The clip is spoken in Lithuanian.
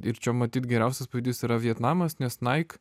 ir čia matyt geriausias pavyzdys yra vietnamas nes naik